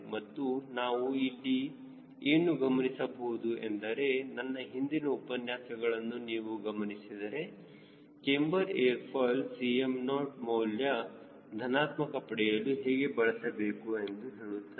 ಮತ್ತು ನಾವು ಇಲ್ಲಿ ಏನು ಗಮನಿಸಬಹುದು ಎಂದರೆ ನನ್ನ ಹಿಂದಿನ ಉಪನ್ಯಾಸಗಳನ್ನು ನೀವು ಗಮನಿಸಿದರೆ ಕ್ಯಾಮ್ಬರ್ ಏರ್ ಫಾಯ್ಲ್ Cm0 ಮೌಲ್ಯ ಧನಾತ್ಮಕ ಪಡೆಯಲು ಹೇಗೆ ಬಳಸಬೇಕು ಎಂದು ಹೇಳುತ್ತದೆ